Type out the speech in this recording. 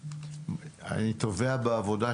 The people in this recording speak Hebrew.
בנוגע למיצוי זכויות,